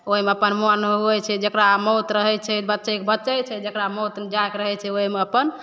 ओहिमे अपन मोन हुए छै जकरा मौत रहै छै बचैके बचै छै जकरा मौत जाइके रहै छै ओहिमे अपन